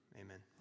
Amen